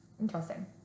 Interesting